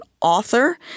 author